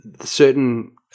certain –